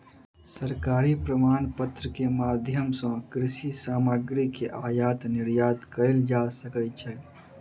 सरकारी प्रमाणपत्र के माध्यम सॅ कृषि सामग्री के आयात निर्यात कयल जा सकै छै